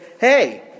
Hey